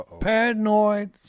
paranoid